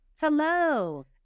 Hello